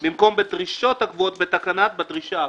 במקום: "בדרישות הקבועות בתקנה" "בדרישה הקבועה".